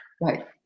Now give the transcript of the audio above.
Right